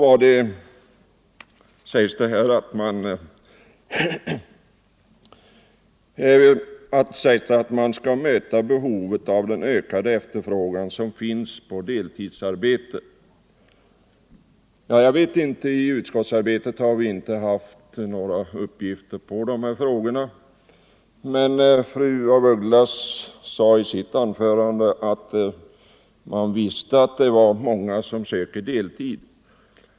a. sägs det att man skall möta den ökade efterfrågan på deltidsarbete. I utskottsarbetet har vi inte haft några uppgifter om detta, men fru af Ugglas sade i sitt anförande att man visste att det är många som söker deltid.